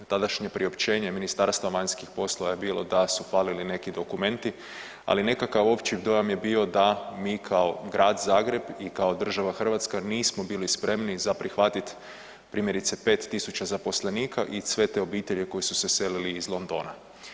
Tadašnje priopćenje Ministarstva vanjskih poslova je bilo da su falili neki dokumenti, ali nekakav opći dojam je bio da mi kao Grad Zagreb i kao država Hrvatska nismo bili spremni za prihvatiti primjerice 5.000 zaposlenika i sve te obitelji koji su se selili iz Londona.